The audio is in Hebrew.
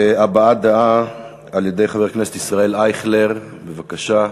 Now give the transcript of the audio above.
הבעת דעה של חבר הכנסת ישראל אייכלר, בבקשה.